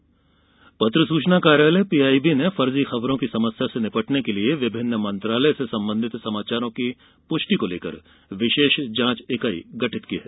फर्जी खबर जांच इकाई पत्र सूचना कार्यालय पीआईबी ने फर्जी खबरों की समस्या से निपटने के लिए विभिन्न मंत्रालय से संबंधित समाचारों की पुष्टि के लिए विशेष जांच इकाई गठित की है